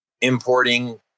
importing